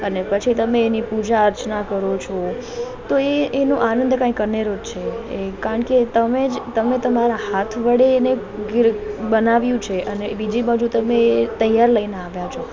અને પછી તમે એની પૂજા અર્ચના કરો છો તો એ એનો આનંદ કંઈ અનેરો જ છે એ કારણ કે તમે જ તમે તમારા હાથ વડે એને ગીર બનાવ્યું છે અને બીજી બાજુ તમે તૈયાર લઈને આવ્યા છો